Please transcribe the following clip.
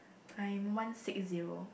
I'm one six zero